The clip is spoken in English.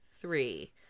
three